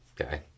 Okay